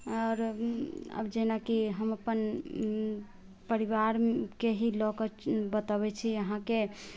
आओर आब जेनाकि हम अपन परिवारके ही लअ कऽ बतबै छी अहाँके